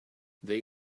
they